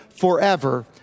forever